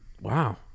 wow